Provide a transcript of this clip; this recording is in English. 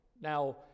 Now